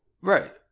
Right